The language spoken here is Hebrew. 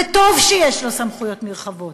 וטוב שיש לו סמכויות נרחבות,